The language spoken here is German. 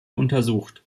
untersucht